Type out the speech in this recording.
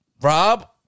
Rob